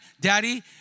Daddy